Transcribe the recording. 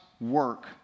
work